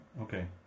Okay